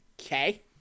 Okay